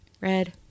red